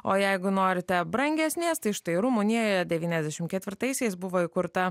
o jeigu norite brangesnės tai štai rumunijoje devyniasdešim ketvirtaisiais buvo įkurta